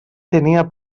tenia